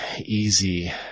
easy